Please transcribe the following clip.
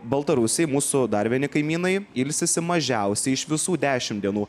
baltarusiai mūsų dar vieni kaimynai ilsisi mažiausiai iš visų dešim dienų